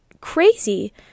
crazy